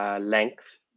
length